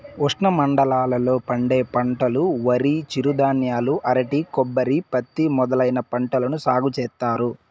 ఉష్ణమండలాల లో పండే పంటలువరి, చిరుధాన్యాలు, అరటి, కొబ్బరి, పత్తి మొదలైన పంటలను సాగు చేత్తారు